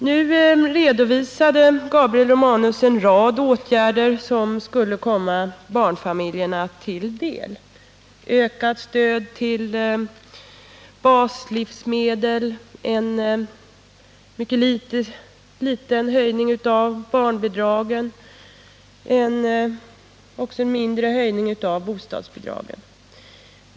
Nu redovisade Gabriel Romanus en rad åtgärder som skulle komma barnfamiljerna till del: ökat stöd till baslivsmedel, en mycket liten höjning av barnbidragen samt en mindre höjning av bostadsbidragen.